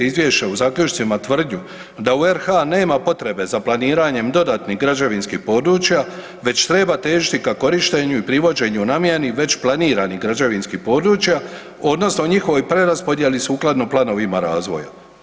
Izvješća u zaključcima tvrdnju da u RH nema potrebe za planiranjem dodatnih građevinskih područja, već treba težiti ka korištenju i privođenju namjeni već planiranih građevinskih područja odnosno njihovoj preraspodjeli sukladno planovima razvoja.